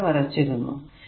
ഇത് ഇവിടെ വരച്ചിരുന്നു